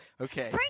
okay